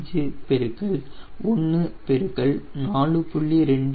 5 0